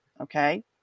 Okay